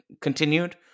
continued